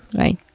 right?